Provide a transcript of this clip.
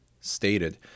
stated